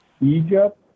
Egypt